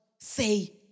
say